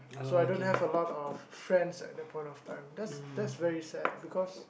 so I don't have a lot of friends at that point of time that's that's very sad because